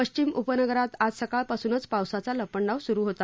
पश्विम उपनगरात आज सकाळपासूनच पावसाचा लपंडाव सुरू होता